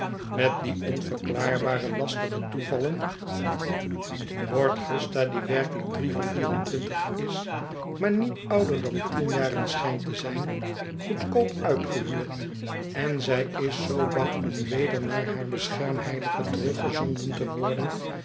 met die onverklaarbare lastige toevallen wordt het verlaten huis gusta die werkelijk drie of vier en twintig is maar niet ouder dan tien jaren schijntte zijn goedkoop uitgehuurd en zij is zoo bang om weder naar haar beschermheilige teruggezonden te worden